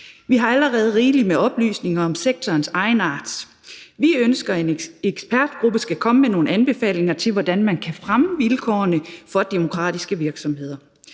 Vi har allerede rigeligt med oplysninger om sektorens egenart. Vi ønsker, at en ekspertgruppe skal komme med nogle anbefalinger til, hvordan man kan fremme vilkårene for demokratiske virksomheder.